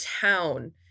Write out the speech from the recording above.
town